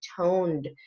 toned